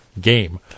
game